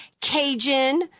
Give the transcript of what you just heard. Cajun